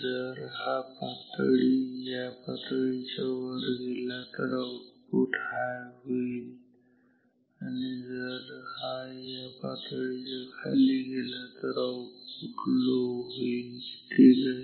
जर हा या पातळीच्या वर गेला तर आउटपुट हाय होईल आणि जर हा या पातळीच्या खाली गेला तर आउटपुट लो होईल ठीक आहे